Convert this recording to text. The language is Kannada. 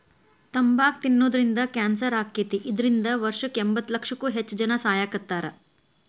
ತಂಬಾಕ್ ತಿನ್ನೋದ್ರಿಂದ ಕ್ಯಾನ್ಸರ್ ಆಕ್ಕೇತಿ, ಇದ್ರಿಂದ ವರ್ಷಕ್ಕ ಎಂಬತ್ತಲಕ್ಷಕ್ಕೂ ಹೆಚ್ಚ್ ಜನಾ ಸಾಯಾಕತ್ತಾರ